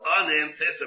unanticipated